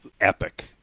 epic